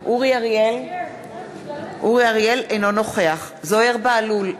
אינו נוכח זוהיר בהלול,